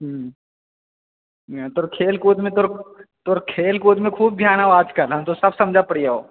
तोरा खेल कूदमे खूब ध्यान हौं आज कल हम तऽ सब समझ पारियो